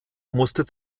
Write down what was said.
musste